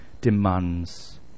demands